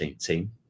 team